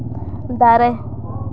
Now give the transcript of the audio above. ᱫᱟᱨᱮ